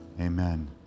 Amen